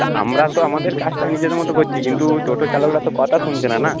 তা আমরা তো আমাদের কাজটা নিজেদের মতো করছি কিন্তু টোটো চালকরা তো কথা শুনছে না না